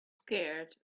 scared